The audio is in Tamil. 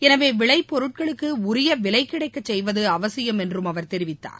எனவே விளைப்பொருட்களுக்கு உரிய விலை கிடைக்க செய்வது அவசியம் என்றும் அவர் தெரிவித்தார்